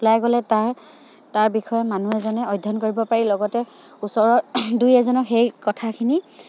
ওলাই গ'লে তাৰ তাৰ বিষয়ে মানুহ এজনে অধ্যয়ন কৰিব পাৰি লগতে ওচৰৰ দুই এজনক সেই কথাখিনি